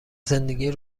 زندگی